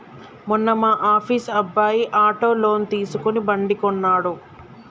మొన్న మా ఆఫీస్ అబ్బాయి ఆటో లోన్ తీసుకుని బండి కొన్నడు